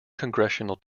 congressional